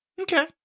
Okay